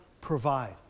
provide